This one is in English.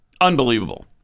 unbelievable